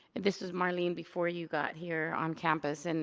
this was marlene before you got here on campus. and